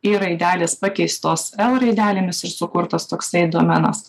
ir raidelės pakeistos l raidelėmis ir sukurtas toksai domenas